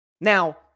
Now